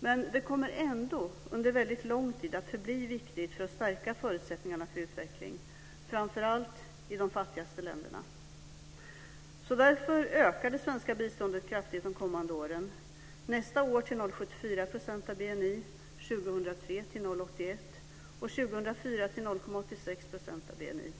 men det kommer ändå under väldigt lång tid att förbli viktigt för att stärka förutsättningarna för utveckling, framför allt i de fattigaste länderna. Därför ökar det svenska biståndet kraftigt de kommande åren. Nästa år ökar det till 0,74 % av BNI, 2003 till 0,81 % och 2004 till 0,86 % av BNI.